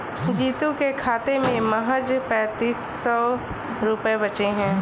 जीतू के खाते में महज पैंतीस सौ रुपए बचे हैं